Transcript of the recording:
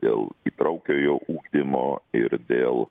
dėl įtraukiojo ugdymo ir dėl